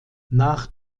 nach